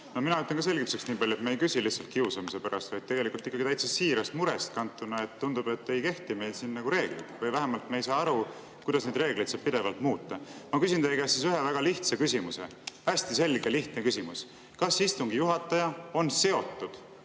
Mina ütlen ka selgituseks nii palju, et me ei küsi lihtsalt kiusamise pärast, vaid tegelikult ikkagi täiesti siirast murest kantuna. Tundub, et meil siin reeglid ei kehti või vähemalt me ei saa aru, kuidas neid reegleid saab pidevalt muuta. Ma küsin teie käest ühe väga lihtsa küsimuse. Hästi selge, lihtne küsimus: kas istungi juhataja on seotud